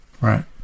Right